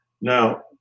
now